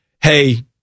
hey